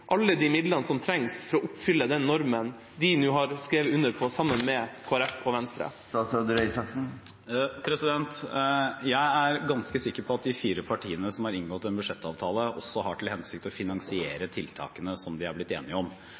alle de midlene som trengs for å oppfylle den normen de nå har skrevet under på sammen med Kristelig Folkeparti og Venstre? Jeg er ganske sikker på at de fire partiene som har inngått en budsjettavtale, også har til hensikt å finansiere tiltakene som de er blitt enige om.